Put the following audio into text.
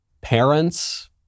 Parents